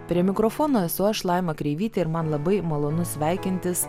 prie mikrofono esu aš laima kreivytė ir man labai malonu sveikintis